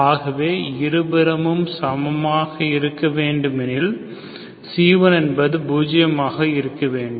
ஆகவே இருபுறமும் சமமாக இருக்க வேண்டும் எனில் c1 என்பது 0 என இருக்க வேண்டும்